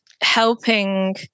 helping